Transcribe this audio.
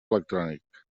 electrònic